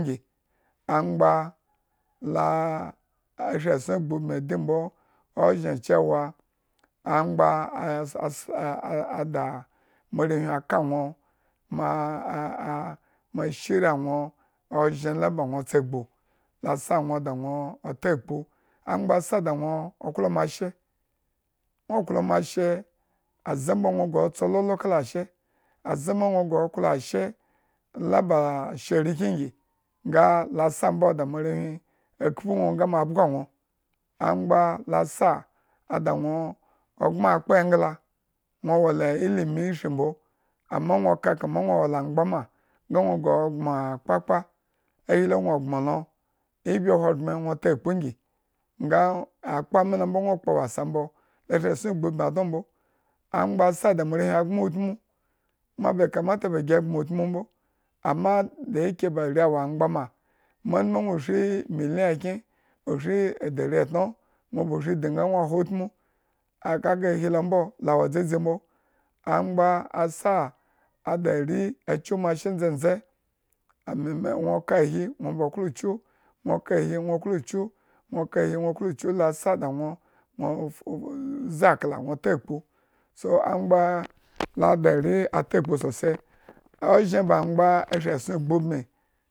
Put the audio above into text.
Angba laa shri esson gbubmidi mbo ozhen cewa, angba ada d moarewhiaka nwo ma shira nwo ozhen la nwo tsagbu, la sa nwo ada nwo takpu, angba sa nwo klo moashe, nwo klo moashe, aze mbo nwo gre tsololo kala ashe, aze nwo gre yo klo ashe la baa ashen arekyen ngi, nga la mboada moarewhi akhpunwo nga mo bga nwo, angba la sa da nwo o gbmo akpa engla, nwo wola ilimi ishri mbo. amma nwo kakama nwo wola angbama, nga nwo gtreyi gbmo kpakpa, ahi lo nwo gbmo lo, ibi a hogbren nwo takpu ngi nga akpa milo nwa kpo wasa mbo, angba asa da moarewhi agbmo utmu. kuma bai kamata gi gbmo utmou mbo, amma daika are wo angba ma, ma in maa ba shridi nga nwoha utmu, akaga ahi lo mbo wo dzadzi mba angba asa ada ri akyumoashe ndzendze, me lu ma, nwo ko ahi nwo klo ba kyu, nwo klo kyu la sa da nwo uzi akla nwo takpu, so, angbaalada ari atakpu sosai enzhen ba angba shri esson obubmi ashri ba shine